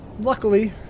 luckily